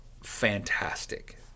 fantastic